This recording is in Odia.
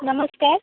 ନମସ୍କାର